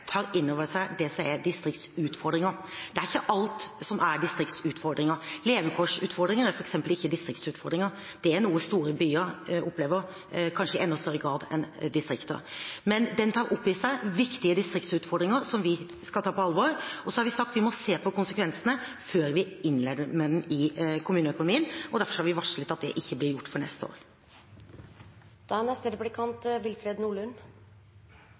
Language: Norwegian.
tar inn over seg distriktsutfordringene. Det er ikke alt som er distriktsutfordringer. Levekårsutfordringer er f.eks. ikke distriktsutfordringer. Det er noe store byer opplever kanskje i enda større grad enn distrikter. Men den tar opp i seg viktige distriktsutfordringer, som vi skal ta på alvor. Og så har vi sagt at vi må se på konsekvensene før vi innlemmer den i kommuneøkonomien, og derfor har vi varslet at det ikke blir gjort før neste